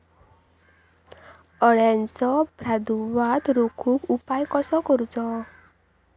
अळ्यांचो प्रादुर्भाव रोखुक उपाय कसो करूचो?